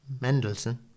Mendelssohn